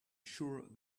sure